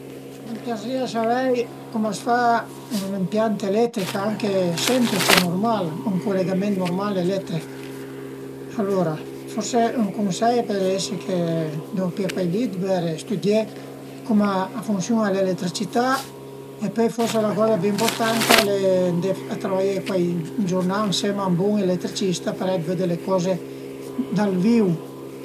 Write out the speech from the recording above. A m'piazerìa savei cum a s'fa ün impiant eletrich anche semplice, nurmal, ün culegament nurmal eletrich. Alura forse ün cunsei a pöl esi che deu pié cuai liber e stüdié cume a funsiun-a l'eletricità e pöi forsi la coza pi ëmpurtanta al e andé a travaié cuai giurnà ënsema a un bun eletricista parei vëdde le coze dal viu